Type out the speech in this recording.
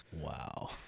Wow